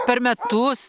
per metus